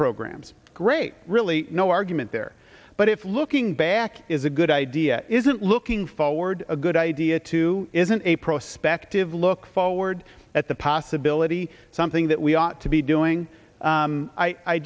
programs great really no argument there but if looking back is a good idea isn't looking forward a good idea to isn't a prospect of look forward at the possibility something that we ought to be doing